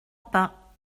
pas